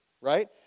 right